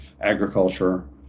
agriculture